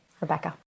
Rebecca